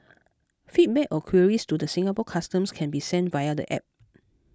feedback or queries to the Singapore Customs can be sent via the App